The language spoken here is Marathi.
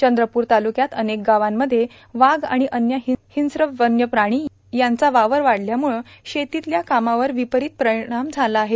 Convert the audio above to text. चंद्रपूर तालुक्यात अनेक गावांमध्ये वाघ आर्ाण अन्य हिस्त्र वन्य प्राणी यांचा वावर वाढल्यामुळे शेतीतल्या कामावर विपरोत र्पारणाम झाला आहे